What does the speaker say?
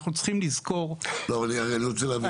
אנחנו צריכים לזכור --- אני רוצה להבין,